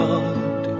God